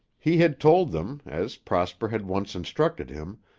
he had told them, as prosper had once instructed him,